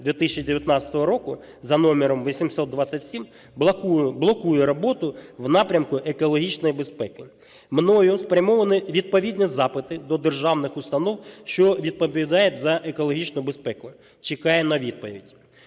2019 року за номером 827 блокує роботу в напрямку екологічної безпеки. Мною спрямовані відповідні запити до державних установ, що відповідають за екологічну безпеку. Чекаю на відповідь.